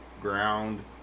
ground